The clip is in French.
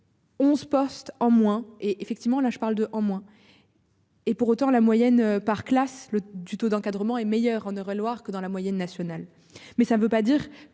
11 postes en moins et effectivement là je parle de en moins. Et pour autant, la moyenne par classe le du taux d'encadrement et meilleur en Eure-et-Loir que dans la moyenne nationale. Mais ça ne veut pas dire que